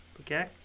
Okay